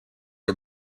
are